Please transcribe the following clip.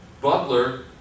Butler